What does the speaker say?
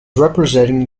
representing